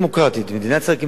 מדינת ישראל כמדינה דמוקרטית,